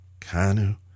Canu